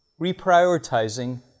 reprioritizing